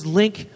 link